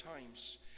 times